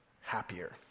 happier